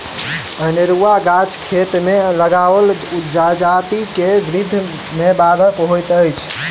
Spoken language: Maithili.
अनेरूआ गाछ खेत मे लगाओल जजाति के वृद्धि मे बाधक होइत अछि